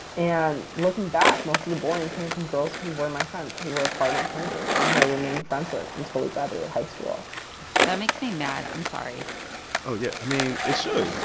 and looking back, most of the bullying came from girls who were my friends, who were part of my friend group and who i remained friends with until we graduated high school that makes me mad. i'm sorry oh, yeah. i mean, it should.